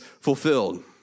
fulfilled